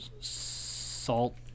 salt